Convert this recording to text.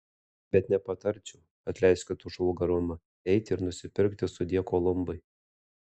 bet nepatarčiau atleiskit už vulgarumą eiti ir nusipirkti sudie kolumbai